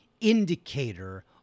indicator